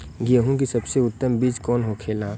गेहूँ की सबसे उत्तम बीज कौन होखेला?